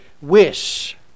wish